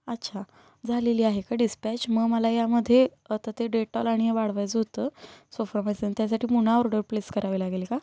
अच्छा झालेली आहे का डिस्पॅच मग मला यामध्ये आता ते डेटॉल आणि हे वाढवायचं होतं सोफ्रामायसिन त्यासाठी पुन्हा ऑर्डर प्लेस करावी लागेल का